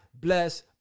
bless